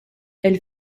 elle